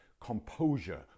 Composure